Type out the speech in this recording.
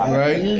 right